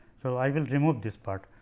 so, i will remove this part.